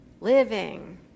living